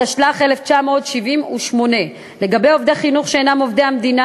התשל"ח 1978. לגבי עובדי חינוך שאינם עובדי מדינה